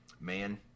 Man